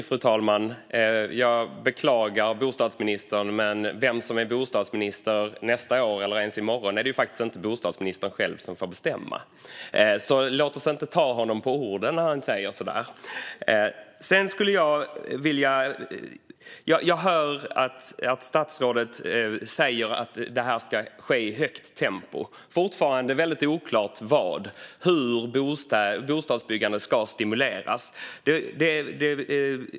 Fru talman! Jag beklagar, men vem som är bostadsminister nästa år eller ens i morgon är det inte bostadsministern själv som får bestämma. Låt oss inte ta honom på orden när han säger så. Jag hör att statsrådet säger att det här ska ske i högt tempo. Det är fortfarande väldigt oklart hur bostadsbyggandet ska stimuleras.